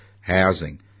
housing